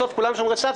בסוף כולם שומרי סף,